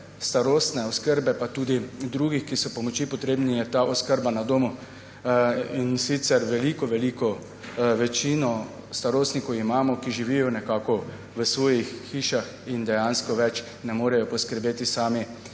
starostne oskrbe, pa tudi drugih, ki so pomoči potrebni, je ta oskrba na domu. Veliko večino starostnikov imamo, ki živijo v svojih hišah in dejansko več ne morejo poskrbeti sami